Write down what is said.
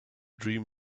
dream